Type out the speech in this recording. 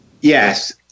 Yes